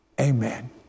Amen